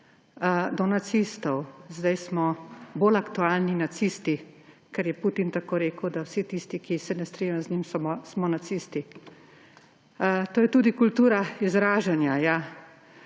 do nacistov. Zdaj smo bolj aktualni nacisti, ker je Putin tako rekel, da vsi tisti, ki se ne strinjajo z njim, smo nacisti. To je tudi kultura izražanja,